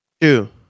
Two